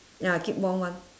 ya keep warm one